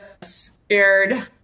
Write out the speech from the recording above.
scared